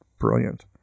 brilliant